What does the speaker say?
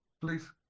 please